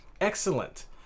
Excellent